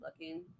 looking